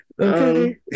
Okay